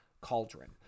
cauldron